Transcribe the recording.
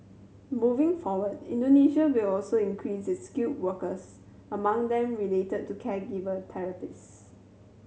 moving forward Indonesia will also increase its skilled workers among them related to caregiver therapists